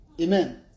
amen